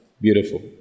Beautiful